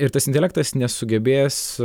ir tas intelektas nesugebės